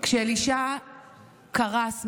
כשאלישע קרס מהירי,